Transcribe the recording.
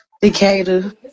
Decatur